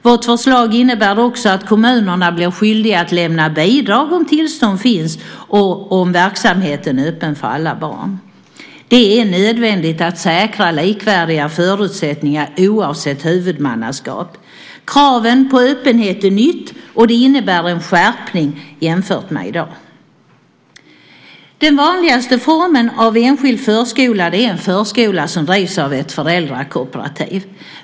Vårt förslag innebär också att kommunerna blir skyldiga att lämna bidrag om tillstånd finns och om verksamheten är öppen för alla barn. Det är nödvändigt att säkra likvärdiga förutsättningar oavsett huvudmannaskap. Kravet på öppenhet är nytt, och det innebär en skärpning jämfört med i dag. Den vanligaste formen av enskild förskola är en förskola som drivs av ett föräldrakooperativ.